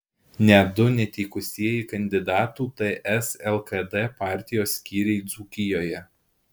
net du neteikusieji kandidatų ts lkd partijos skyriai dzūkijoje